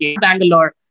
Bangalore